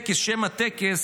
שם הטקס: